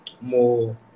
more